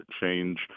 change